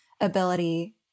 ability